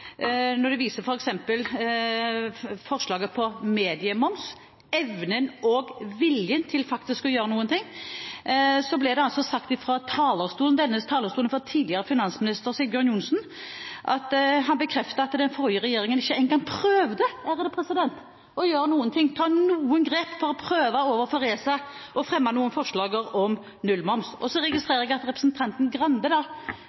Når de viser til f.eks. forslaget om mediemoms og evnen og viljen til å gjøre noe, så ble det bekreftet fra denne talerstolen av tidligere finansminister Sigbjørn Johnsen at den forrige regjeringen ikke engang prøvde å gjøre noe, ta noen grep for å prøve overfor ESA å fremme forslag om nullmoms. Jeg registrerer at representanten Grande